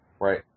Right